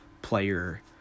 player